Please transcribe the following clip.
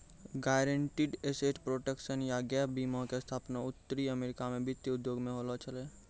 guaranteed asset protection या gap बीमा के स्थापना उत्तरी अमेरिका मे वित्तीय उद्योग मे होलो छलै